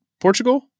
Portugal